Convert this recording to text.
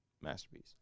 Masterpiece